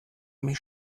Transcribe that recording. mich